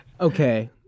okay